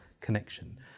connection